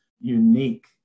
unique